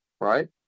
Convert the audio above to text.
Right